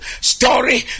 story